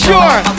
Sure